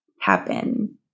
happen